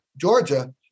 Georgia